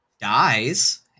dies